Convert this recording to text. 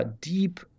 deep